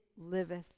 liveth